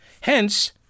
Hence